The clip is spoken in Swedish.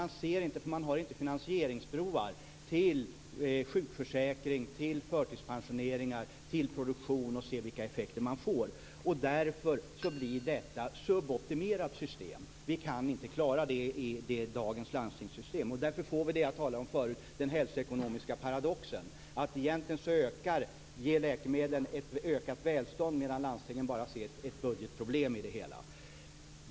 Men de har inte finansieringsbroar till sjukförsäkring, till förtidspensionering eller till produktion, och de kan inte se vilka effekterna blir. Därför blir detta ett suboptimerat system. Vi kan inte klara det i dagens landstingssystem. Därför får vi det som jag talade om förut, nämligen den hälsoekonomiska paradoxen. Egentligen ger läkemedlen ett ökat välstånd, medan landstingen bara ser ett budgetproblem i det hela.